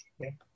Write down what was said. okay